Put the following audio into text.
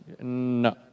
no